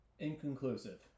Inconclusive